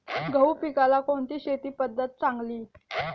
गहू पिकाला कोणती शेती पद्धत चांगली?